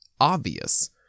obvious